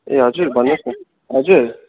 ए हजुर भन्नुहोस् न हजुर